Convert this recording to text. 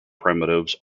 primitives